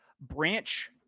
Branch